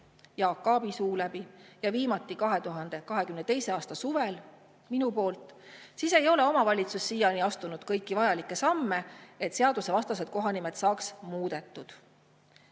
Jaak Aabi suu läbi ja viimati 2022. aasta suvel minu suu läbi, ei ole omavalitsus siiani astunud kõiki vajalikke samme, et seadusevastased kohanimed saaks muudetud.